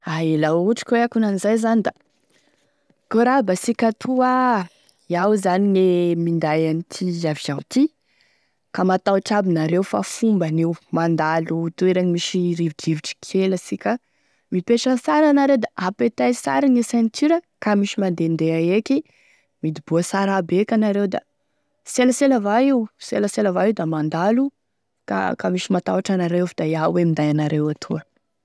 Ae laha ohatry ka hoe ankonanizay zany da: "Akory aby asika atoa! Iaho zany gne minday an'ity avion ty, ka matahotry aby anareo fa fombany io, mandalo toeragny misy rivodrivotry kely asika mipetraha sara anareo da apetay sara gne ceinture, ka misy mandehandeha eky, midoboa sara aby eky anareo, da selasela avao io, selasela avao io da mandalo, ka ka misy mataotry anareo fa da iaho e minday anareo etoa.